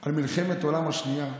על מלחמת העולם השנייה.